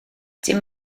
dim